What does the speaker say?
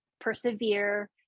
persevere